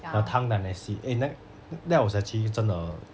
the tang dynasty eh 那 that was actually 真的